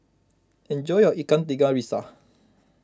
enjoy your Ikan Tiga Rasa